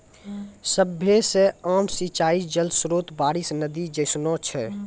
सभ्भे से आम सिंचाई जल स्त्रोत बारिश, नदी जैसनो छै